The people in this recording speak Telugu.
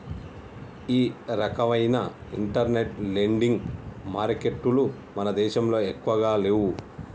ఈ రకవైన ఇంటర్నెట్ లెండింగ్ మారికెట్టులు మన దేశంలో ఎక్కువగా లేవు